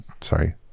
sorry